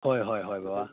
ꯍꯣꯏ ꯍꯣꯏ ꯍꯣꯏ ꯕꯕꯥ